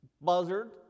buzzard